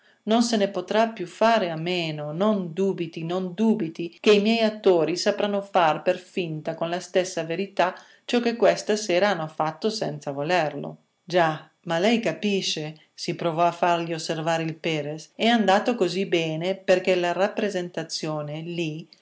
non se ne potrà più fare a meno non dubiti non dubiti che i miei attori sapranno far per finta con la stessa verità ciò che questa sera hanno fatto senza volerlo già ma lei capisce si provò a fargli osservare il perres è andato così bene perché la rappresentazione lì